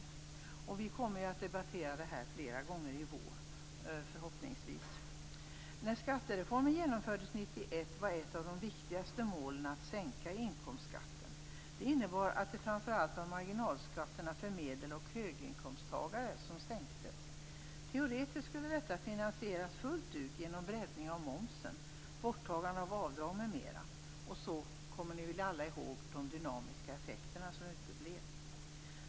Vi kommer förhoppningsvis att debattera detta flera gånger under våren. När skattereformen genomfördes 1991 var ett av de viktigaste målen att sänka inkomstskatten. Det innebar att det framför allt var marginalskatterna för medel och höginkomsttagarna som sänktes. Teoretiskt skulle detta finansieras fullt ut genom en breddning av momsen, ett borttagande av avdrag m.m., och - det kommer vi väl alla ihåg - de dynamiska effekter som uteblev.